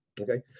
Okay